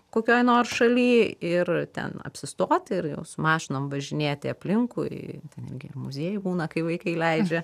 kokioj nors šaly ir ten apsistot ir jau su mašinom važinėti aplinkui ten netgi ir muziejai būna kai vaikai leidžia